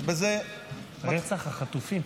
רצח החטופים?